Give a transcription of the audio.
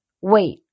Wait